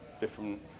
different